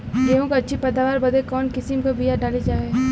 गेहूँ क अच्छी पैदावार बदे कवन किसीम क बिया डाली जाये?